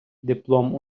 диплом